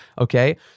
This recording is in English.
okay